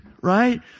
right